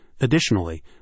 Additionally